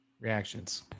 reactions